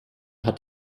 hat